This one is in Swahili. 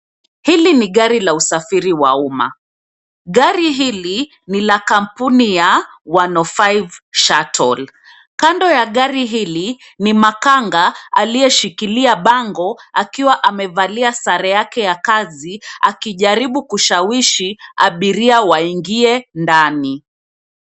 Hili ni gari la usafiri wa uma. Gari hili ni la kampuni ya 105 (cs) Shuttle (cs). Kando ya gari hili ni makanga aliyeshikilia bango, akiwa amevalia sare yake ya kazi, akijaribu kushawishi abiria waingie ndani.